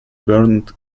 burned